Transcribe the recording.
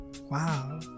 Wow